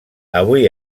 avui